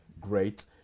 great